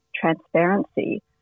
transparency